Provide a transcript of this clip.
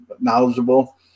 knowledgeable